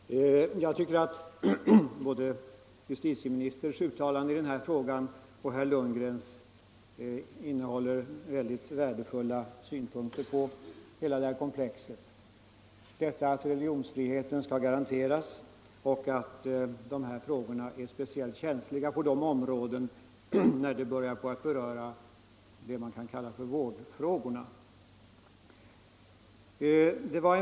Herr talman! Jag tycker att både justitieministerns och herr Lundgrens uttalanden i den här frågan innehåller mycket värdefulla synpunkter på hela komplexet — detta att religionsfriheten skall garanteras och att dessa frågor är speciellt känsliga när de börjar beröra vad man kan kalla för vårdfrågorna.